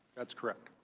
that is correct.